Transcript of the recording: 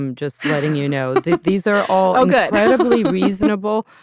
um just letting you know that these are all all good, totally reasonable.